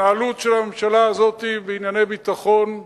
ההתנהלות של הממשלה הזאת בענייני ביטחון,